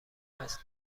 هست